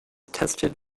tested